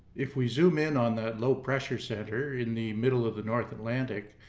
if we zoom in on that low pressure centre, in the middle of the north atlantic,